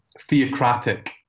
theocratic